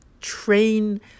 train